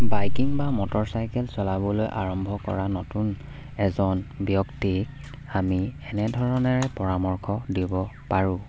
biking বা motorcycle চলাবলৈ আৰম্ভ কৰা নতুন এজন ব্যক্তিক আমি এনেধৰণেৰে পৰামৰ্শ দিব পাৰোঁ